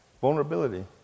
Vulnerability